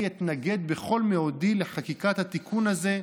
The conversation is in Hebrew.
אני אתנגד בכל מאודי לחקיקת התיקון הזה,